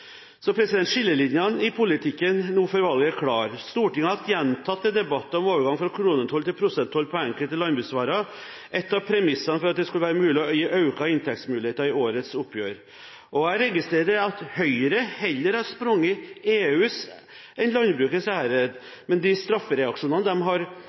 Så skillelinjene i politikken nå før valget er klare. Stortinget har hatt gjentatte debatter om overgang fra kronetoll til prosenttoll på enkelte landbruksvarer, et av premissene for at det skulle være mulig å gi økte inntektsmuligheter i årets oppgjør. Jeg registrerer at Høyre heller har sprunget EUs enn landbrukets ærend, men de straffereaksjonene de har